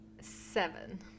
seven